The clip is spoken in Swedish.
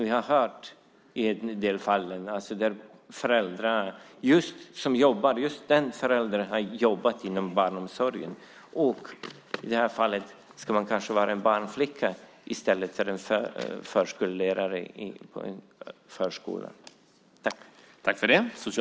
Vi har hört om en del fall där just den förälder som jobbar har jobbat inom barnomsorgen. I det här fallet ska man kanske bli barnflicka i stället för förskollärare på en förskola.